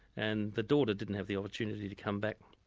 and the daughter didn't have the opportunity to come back.